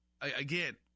Again